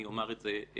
אני אומר את זה שוב